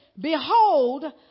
Behold